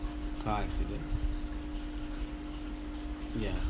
car accident ya